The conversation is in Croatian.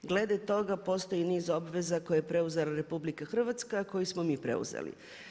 Glede toga postoji niz obveza koje je preuzela RH koje smo mi preuzeli.